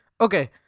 Okay